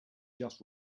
just